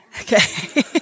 Okay